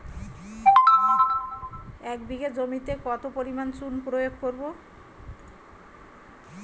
এক বিঘা জমিতে কত পরিমাণ চুন প্রয়োগ করব?